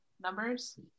numbers